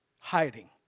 hiding